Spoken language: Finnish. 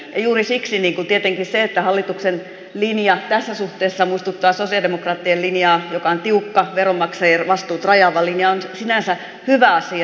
juuri siksi tietenkin se että hallituksen linja tässä suhteessa muistuttaa sosialidemokraattien linjaa joka on tiukka veronmaksajien vastuut rajaava linja on sinänsä hyvä asia